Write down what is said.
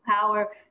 power